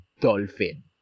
dolphin